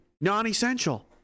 non-essential